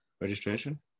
registration